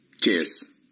Cheers